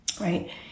right